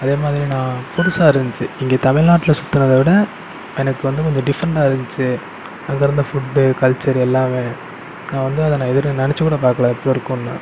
அதே மாதிரி நான் புதுசாக இருந்துச்சி இங்கே தமிழ்நாட்டில் சுத்துறத விட எனக்கு வந்து கொஞ்சம் டிஃப்ரெண்டாக இருந்துச்சி அங்கே இருந்த ஃபுட்டு கல்ச்சர் எல்லாம் நான் வந்து அதை நான் நெனைச்சி கூட பார்க்கல இப்படி இருக்கும்னு